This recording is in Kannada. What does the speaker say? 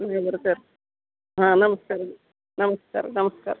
ಬರ್ತೇವೆ ಹಾಂ ನಮ್ಸ್ಕಾರ ರೀ ನಮಸ್ಕಾರ ನಮಸ್ಕಾರ